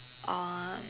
um